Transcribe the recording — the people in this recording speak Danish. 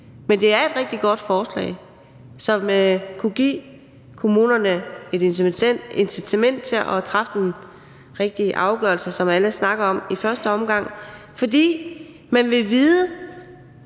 Men det er et rigtig godt forslag, som kunne give kommunerne et incitament til at træffe den rigtige afgørelse, som alle snakker om, i første omgang, fordi man så ville